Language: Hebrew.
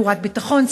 תאורת ביטחון,